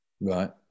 right